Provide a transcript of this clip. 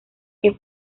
que